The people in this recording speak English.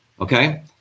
okay